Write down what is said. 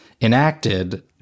enacted